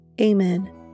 Amen